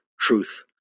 truth